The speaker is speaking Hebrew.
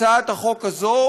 הצעת החוק הזאת,